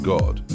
God